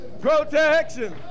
Protection